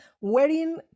wearing